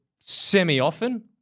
semi-often